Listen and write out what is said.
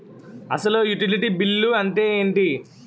అసలు utility bill అంతే ఎంటి?